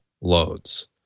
loads